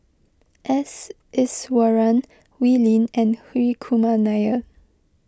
S Iswaran Wee Lin and Hri Kumar Nair